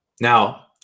now